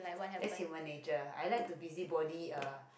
that's human nature I like to busybody uh